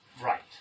right